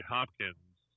Hopkins